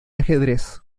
ajedrez